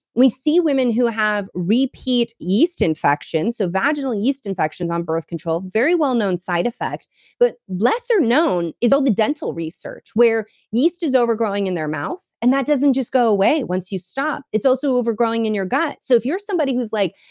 we see women who have repeat yeast infections, so vaginal yeast infection, on birth control, very well-known side-effect, but lesser known is all the dental research, where yeast is overgrowing in their mouth, and that doesn't just go away once you stop. it's also overgrowing in your gut so if you're somebody who's like,